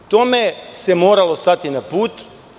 Tome se moralo stati na put.